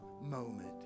moment